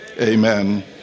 Amen